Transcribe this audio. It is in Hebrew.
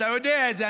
אתה יודע את זה.